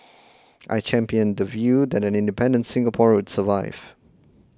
I championed the view that an independent Singapore would survive